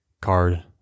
card